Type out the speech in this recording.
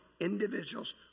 individuals